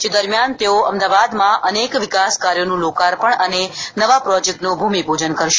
જે દરમિયાન તેઓ અમદાવાદમાં અનેક વિકાસ કાર્યોનું લોકાર્પણ અને નવા પ્રોજેક્ટનું ભૂમિપૂજન કરશે